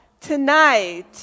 Tonight